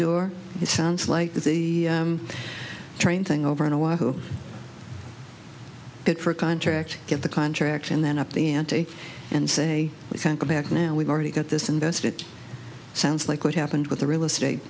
door it sounds like the train thing over in a while who get for a contract get the contract and then up the ante and say we can't go back now we've already got this invest it sounds like what happened with the real estate